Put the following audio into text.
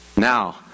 Now